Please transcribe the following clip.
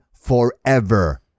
forever